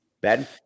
Ben